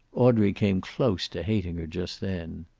audrey came close to hating her just then.